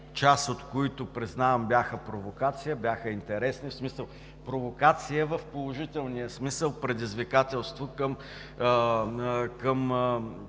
част от които – признавам – бяха провокация, бяха интересни. Провокация в положителния смисъл – предизвикателство към